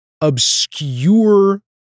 obscure